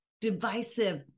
divisive